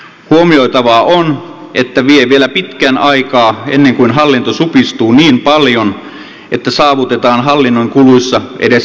huomioitavaa on että vie vielä pitkän aikaa ennen kuin hallinto supistuu niin paljon että saavutetaan hallinnon kuluissa edes lähtötaso